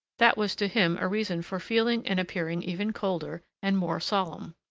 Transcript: that was to him a reason for feeling and appearing even colder and more solemn.